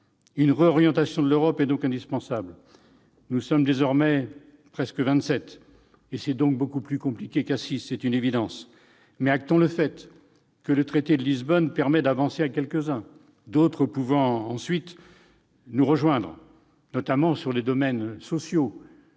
Une réorientation de l'Europe est donc indispensable. Nous sommes désormais vingt-sept, et c'est évidemment beaucoup plus compliqué qu'à six. Toutefois, prenons acte du fait que le traité de Lisbonne permet d'avancer à quelques-uns, d'autres pouvant ensuite nous rejoindre, notamment dans les domaines sociaux,